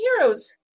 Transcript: Heroes